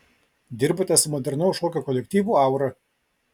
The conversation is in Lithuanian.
dirbote su modernaus šokio kolektyvu aura